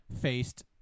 faced